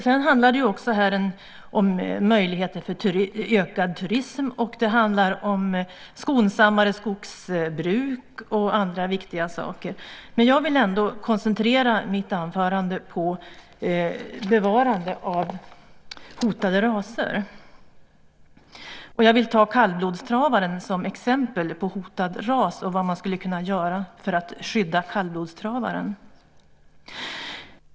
Det handlar också här om möjligheter till ökad turism, och det handlar om skonsammare skogsbruk och andra viktiga saker, men jag vill ändå koncentrera mitt anförande på bevarande av hotade raser, och jag vill ta kallblodstravaren som exempel på en hotad ras och vad man skulle kunna göra för att skydda kallblodstravaren.